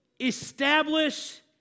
establish